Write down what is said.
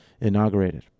inaugurated